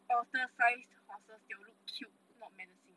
otter size horses they will look cute not menacing